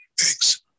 Thanks